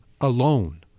alone